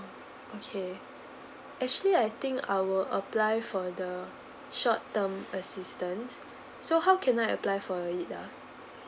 okay actually I think I will apply for the short term assistance so how can I apply for it ah